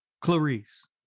Clarice